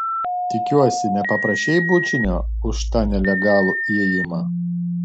tikiuosi nepaprašei bučinio už tą nelegalų įėjimą